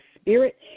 spirit